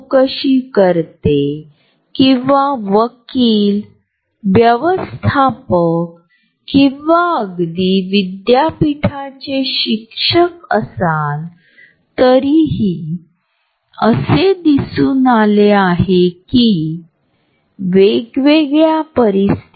ही जागा वाढवितो किंवा आकुंचन करू शकतो आणि इतर लोकांप्रती कोणती मनोवृत्ती दर्शवायची आहे हे देखील ठरवतो